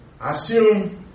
assume